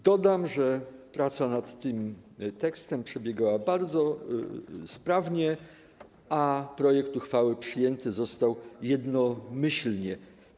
Dodam, że praca nad tym tekstem przebiegała bardzo sprawnie, a projekt uchwały przyjęty został jednomyślnie.